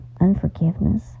unforgiveness